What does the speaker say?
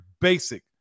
basic